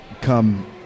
come